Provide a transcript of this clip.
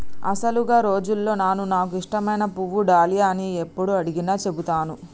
అసలు గా రోజుల్లో నాను నాకు ఇష్టమైన పువ్వు డాలియా అని యప్పుడు అడిగినా సెబుతాను